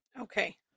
Okay